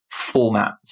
formats